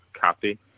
copy